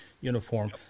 uniform